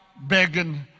begging